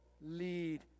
lead